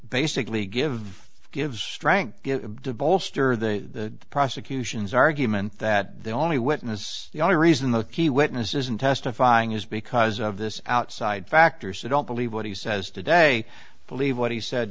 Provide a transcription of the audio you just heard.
basically give gives strength get the ball stir the prosecution's argument that the only witness the only reason the key witness isn't testifying is because of this outside factors that don't believe what he says today believe what he said